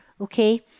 okay